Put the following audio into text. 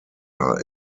are